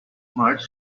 marge